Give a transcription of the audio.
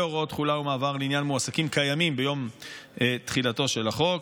והוראות תחולה ומעבר לעניין מועסקים קיימים ביום תחילתו של החוק.